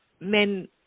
men